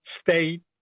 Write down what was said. state